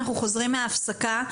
אנחנו חוזרים מההפסקה.